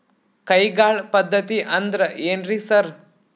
ಕೈಗಾಳ್ ಪದ್ಧತಿ ಅಂದ್ರ್ ಏನ್ರಿ ಸರ್?